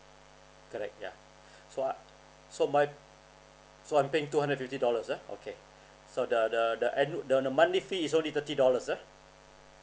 correct ya so so my so I'm paying two hundred fifty dollars ah okay so the the the annu~ the the monthly fee is only thirty dollars ah